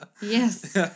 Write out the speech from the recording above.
Yes